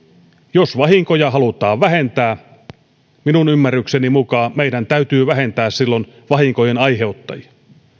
jos vahinkoja halutaan vähentää minun ymmärrykseni mukaan meidän täytyy vähentää silloin vahinkojen aiheuttajia